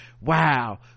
wow